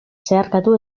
zeharkatu